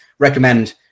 recommend